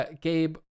Gabe